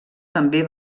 també